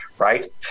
right